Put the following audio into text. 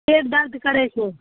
पेट दरद करै छै